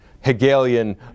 Hegelian